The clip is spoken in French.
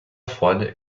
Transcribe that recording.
froide